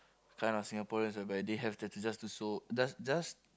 kind of Singaporeans whereby they have tattoos just to sow just just